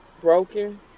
broken